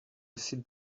sit